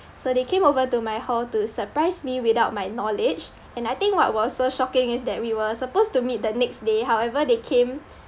so they came over to my hall to surprise me without my knowledge and I think what was so shocking is that we were supposed to meet the next day however they came